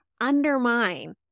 undermine